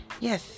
Yes